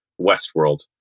Westworld